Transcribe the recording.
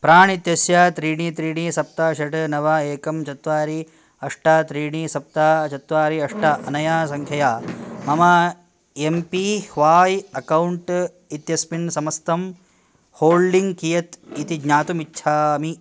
प्राण् इत्यस्य त्रीणि त्रीणि सप्त षट् नव एकं चत्वारि अष्ट त्रीणि सप्त चत्वारि अष्ट अनया सङ्ख्यया मम एम् पी व्हाय् अकौण्ट् इत्यस्मिन् समस्तं होल्डिङ्ग् कियत् इति ज्ञातुम् इच्छामि